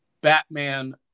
Batman